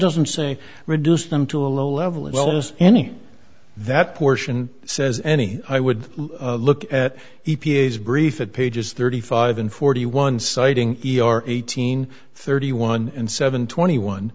doesn't say reduce them to a low level as well as any that portion says any i would look at e p a s brief at pages thirty five and forty one citing e r eighteen thirty one and seven twenty one